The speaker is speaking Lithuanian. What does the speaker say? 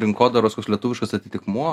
rinkodaros koks lietuviškas atitikmuo